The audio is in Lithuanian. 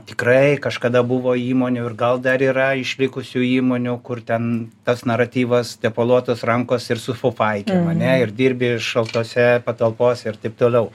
tikrai kažkada buvo įmonių ir gal dar yra išlikusių įmonių kur ten tas naratyvas tepaluotos rankos ir su fufaikėm ane ir dirbi šaltose patalpose ir taip toliau